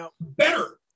better